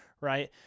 right